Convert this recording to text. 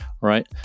right